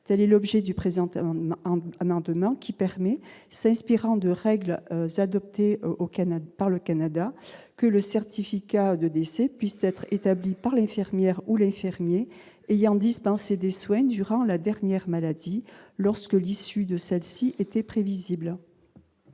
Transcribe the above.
telle est l'objet du présent amendement en en maintenant qui permet s'espérant de règles adoptées au Canada par le Canada que le certificat de décès puisse être établi par l'infirmière ou les fermiers et il y a en dispenser des soins durant la dernière maladie lorsque l'issue de celle-ci était prévisible.